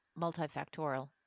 multifactorial